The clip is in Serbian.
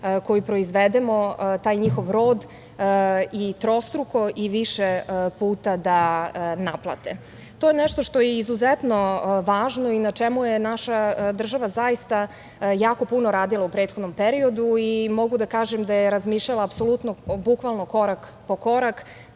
koju proizvedemo, taj njihov rod i trostruko i više puta da naplate. To je nešto što je izuzetno važno i na čemu je naša država zaista jako puno radila u prethodnom periodu i mogu da kažem da je razmišljala apsolutno bukvalno korak po korak